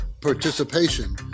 participation